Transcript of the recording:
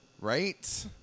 Right